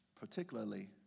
Particularly